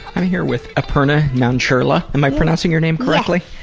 i'm here with aparna nancherla. am i pronouncing your name correctly?